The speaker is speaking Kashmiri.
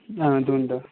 آ دوٗنہٕ دَہ